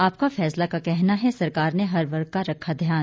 आपका फैसला का कहना है सरकार ने हर वर्ग का रखा ध्यान